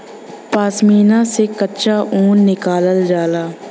पश्मीना से कच्चा ऊन निकालल जाला